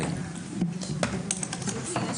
הישיבה ננעלה בשעה 11:36.